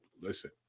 Listen